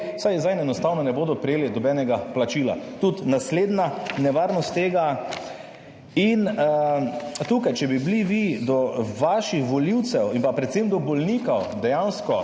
saj zanje enostavno ne bodo prejeli nobenega plačila. Tudi naslednja nevarnost tega. Če bi bili vi do svojih volivcev in predvsem do bolnikov dejansko,